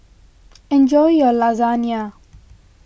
enjoy your Lasagna